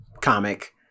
comic